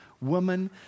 woman